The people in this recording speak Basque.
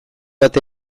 bat